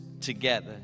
together